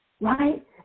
right